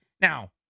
Now